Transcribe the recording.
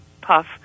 puff